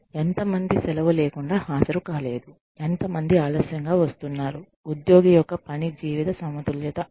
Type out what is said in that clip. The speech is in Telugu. ఎంత మంది సెలవు లేకుండా హాజరుకాలేదు ఎంత మంది ఆలస్యంగ వస్తున్నారు ఉద్యోగి యొక్క పని జీవిత సమతుల్యత మొదలైనవి